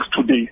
today